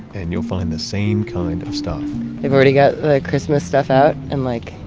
and you'll find the same kind of stuff they've already got the christmas stuff out, and like,